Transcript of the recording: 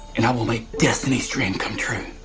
and i will be destiny's dream come true